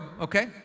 okay